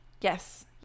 Yes